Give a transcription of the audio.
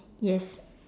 yes